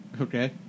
Okay